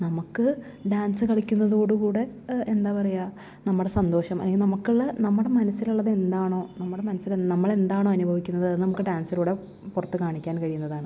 നമുക്ക് ഡാൻസ് കളിക്കുന്നതോട് കൂടെ എന്താ പറയുക നമ്മുടെ സന്തോഷം അല്ലെങ്കിൽ നമുക്കുള്ള നമ്മുടെ മനസ്സിലുള്ളതെന്താണോ നമ്മുടെ മനസ്സില് നമ്മളെന്താണോ അനുഭവിക്കുന്നത് നമുക്ക് ഡാൻസിലൂടെ പുറത്ത് കാണിക്കാൻ കഴിയുന്നതാണ്